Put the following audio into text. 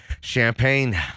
champagne